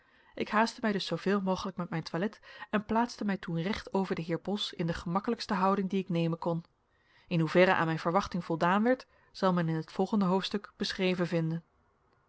ik haastte mij dus zooveel mogelijk met mijn toilet en plaatste mij toen recht over den heer bos in de gemakkelijkste houding die ik nemen kon in hoeverre aan mijn verwachting voldaan werd zal men in het volgende hoofdstuk beschreven vinden